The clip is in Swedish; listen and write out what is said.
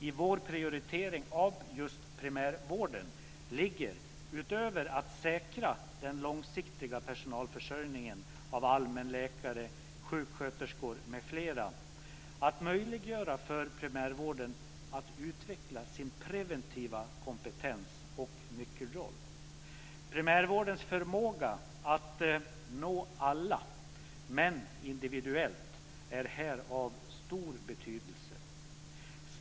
I vår prioritering av just primärvården ligger utöver att säkra den långsiktiga personalförsörjningen av allmänläkare, sjuksköterskor m.fl. att möjliggöra för primärvården att utveckla sin preventiva kompetens och nyckelroll. Primärvårdens förmåga att nå alla, men göra det individuellt, är här av stor betydelse.